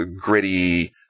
gritty